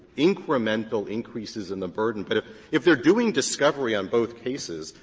incremental increases in the burden, but if if they're doing discovery on both cases,